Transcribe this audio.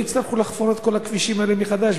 יצטרכו לחפור את כל הכבישים האלה מחדש?